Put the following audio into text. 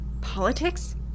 Politics